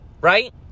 right